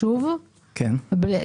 זה שוב, בבקשה.